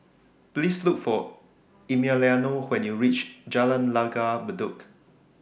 Please Look For Emiliano when YOU REACH Jalan Langgar Bedok